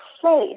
place